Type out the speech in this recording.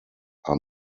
are